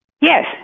Yes